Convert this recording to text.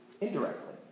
indirectly